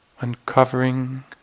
Uncovering